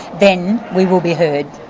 then we will be heard.